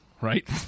Right